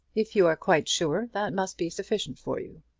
if you are quite sure that must be sufficient for you.